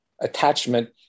attachment